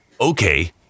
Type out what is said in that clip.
Okay